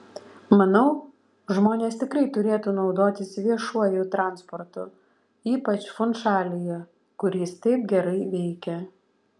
manau žmonės tikrai turėtų naudotis viešuoju transportu ypač funšalyje kur jis taip gerai veikia